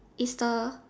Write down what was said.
is the